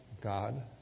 God